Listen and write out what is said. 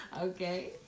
Okay